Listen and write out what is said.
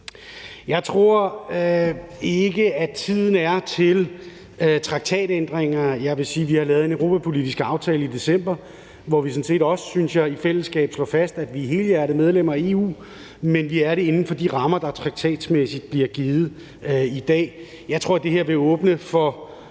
Jeg tror ikke, at tiden er til traktatændringer. Jeg vil sige, at vi har lavet en europapolitisk aftale i december, hvor vi sådan set også, synes jeg, i fællesskab slår fast, at vi er helhjertede medlemmer af EU, men vi er det inden for de rammer, der traktatmæssigt bliver givet i dag. Jeg tror, det her vil åbne for